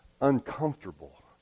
uncomfortable